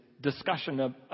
discussion